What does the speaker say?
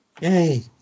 Yay